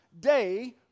day